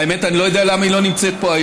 האמת היא שאני לא יודע למה היא לא נמצאת היום.